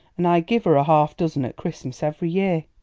and i give her a half dozen at christmas every year.